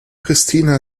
pristina